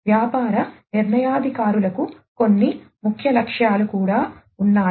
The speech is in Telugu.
వ్యాపార నిర్ణయాధికారులకు కొన్ని ముఖ్య లక్ష్యాలు కూడా ఉన్నాయి